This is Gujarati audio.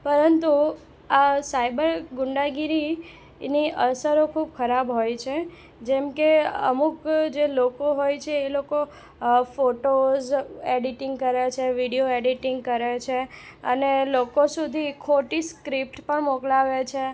પરંતુ આ સાયબર ગુંડાગીરી એની અસરો ખૂબ ખરાબ હોય છે જેમ કે અમુક જે લોકો હોય છે એ લોકો ફોટોઝ એડિટિંગ કરે છે વિડીયો એડિટિંગ કરે છે અને લોકો સુધી ખોટી સ્ક્રિપ્ટ પણ મોકલાવે છે